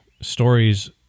stories